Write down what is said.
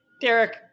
Derek